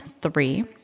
Three